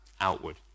Outward